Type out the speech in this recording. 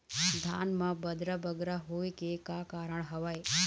धान म बदरा बगरा होय के का कारण का हवए?